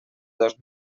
dos